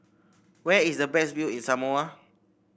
where is the best view in Samoa